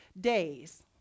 days